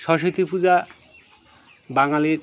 সরস্বতী পূজা বাঙালির